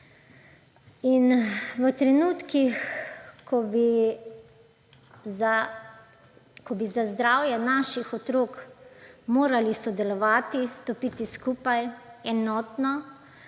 V trenutkih, ko bi za zdravje naših otrok morali sodelovati, stopiti skupaj, enotno